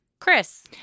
Chris